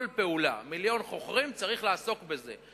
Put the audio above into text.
כל פעולה של מיליון חוכרים, צריך לעסוק בזה.